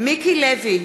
מיקי לוי,